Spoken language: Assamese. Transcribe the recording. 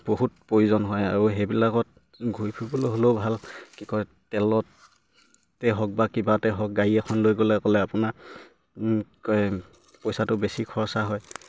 বহুত প্ৰয়োজন হয় আৰু সেইবিলাকত ঘূৰি ফুৰিবলৈ হ'লেও ভাল কি কয় তেলতে হওক বা কিবাতে হওক গাড়ী এখন লৈ গ'লে ক'লে আপোনাৰ কি কয় পইচাটো বেছি খৰচা হয়